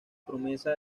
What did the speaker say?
promesa